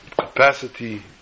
capacity